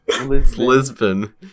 Lisbon